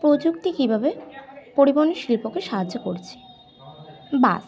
প্রযুক্তি কিভাবে পরিবহনের শিল্পকে সাহায্য করছে বাস